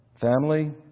Family